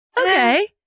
okay